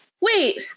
wait